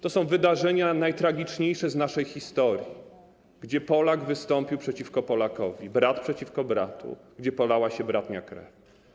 To są wydarzenia najtragiczniejsze w naszej historii, gdzie Polak wystąpił przeciwko Polakowi, brat przeciwko bratu, gdzie polała się bratnia krew.